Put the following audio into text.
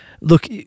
look